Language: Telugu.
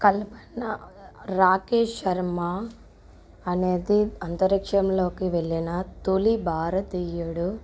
కల్పన రాకేష్ శర్మ అనేది అంతరిక్షంలోకి వెళ్ళిన తొలి భారతీయుడు